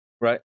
right